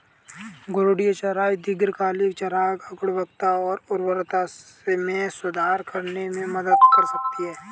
घूर्णी चराई दीर्घकालिक चारागाह गुणवत्ता और उर्वरता में सुधार करने में मदद कर सकती है